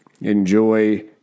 Enjoy